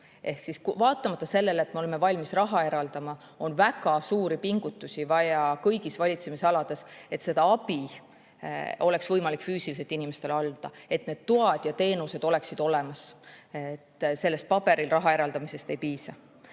Ehk siis vaatamata sellele, et me oleme valmis raha eraldama, on vaja väga suuri pingutusi kõigil valitsemisaladel, et seda abi oleks võimalik füüsiliselt inimestele anda, et need toad ja teenused oleksid olemas. Sellest paberil raha eraldamisest ei piisa. Ja